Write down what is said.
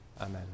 amen